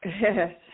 yes